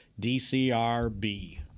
DCRB